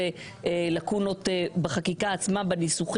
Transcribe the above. איזה מספר?